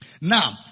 Now